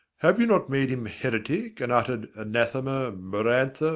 have you not made him heretic, and uttered anathema, maranatha,